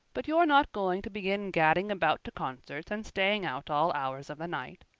but you're not going to begin gadding about to concerts and staying out all hours of the night.